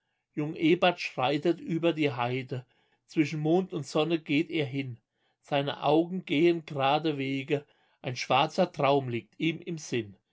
jung ebert schreitet über die heide zwischen mond und sonne geht er hin seine augen gehen grade wege ein schwarzer traum liegt ihm im sinn